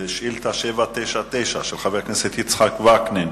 שאילתא 799 של חבר הכנסת וקנין